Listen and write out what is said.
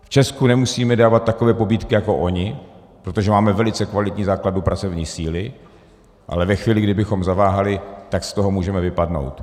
V Česku nemusíme dávat takové pobídky jako oni, protože máme velice kvalitní základnu pracovní síly, ale ve chvíli, kdy bychom zaváhali, tak z toho můžeme vypadnout.